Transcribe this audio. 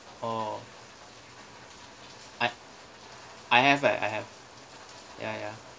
oh I I have eh I have ya ya